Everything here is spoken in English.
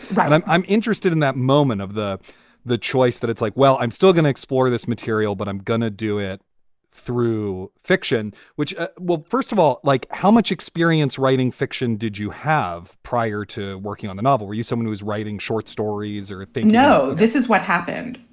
right. i'm i'm interested in that moment of the the choice that it's like, well, i'm still going explore this material, but i'm going to do it through fiction, which will, first of all, like how much experience writing fiction did you have prior to working on the novel? were you someone who is writing short stories or if they know this is what happened?